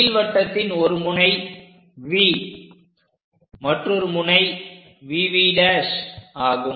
நீள்வட்டத்தின் ஒரு முனை V மற்றும் மற்றொரு முனை VV ஆகும்